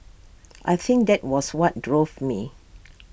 I think that was what drove me